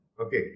Okay